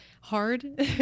hard